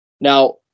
Now